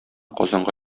казанга